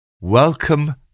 Welcome